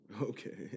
Okay